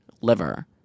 liver